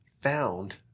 found